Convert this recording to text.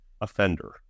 offender